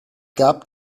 gab